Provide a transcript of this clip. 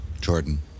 Jordan